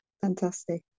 fantastic